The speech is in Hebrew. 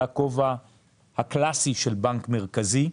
זה הכובע הקלסי של בנק מרכזי,